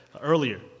earlier